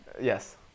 Yes